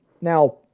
Now